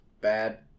bad